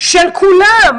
של כולם,